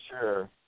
sure